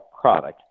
product